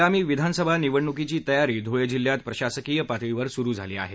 आगामी विधानसभा निवडणुकीची तयारी धुळे जिल्ह्यात प्रशासकीय पातळीवर सुरू झाली आहे